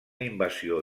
invasió